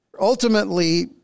ultimately